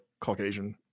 Caucasian